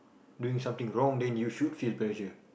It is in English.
doing something wrong then you should feel pressure